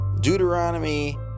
Deuteronomy